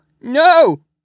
No